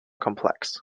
complex